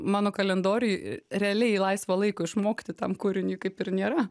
mano kalendoriuj realiai laisvo laiko išmokti tam kūriniui kaip ir nėra